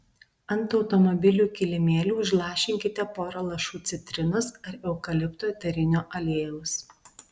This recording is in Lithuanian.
ant automobilių kilimėlių užlašinkite porą lašų citrinos ar eukalipto eterinio aliejaus